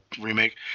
remake